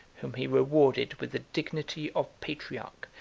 whom he rewarded with the dignity of patriarch,